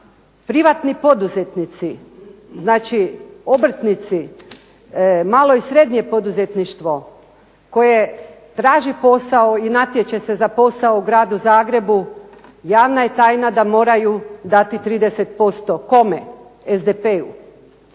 privatni poduzetnici, znači obrtnici, malo i srednje poduzetništvo koje traži posao i natječe se za posao u Gradu Zagrebu, javna je tajna da moraju dati 30%. Kome? SDP-u.